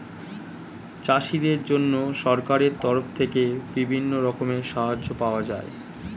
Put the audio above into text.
চাষীদের জন্য সরকারের তরফ থেকে বিভিন্ন রকমের সাহায্য পাওয়া যায়